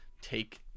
take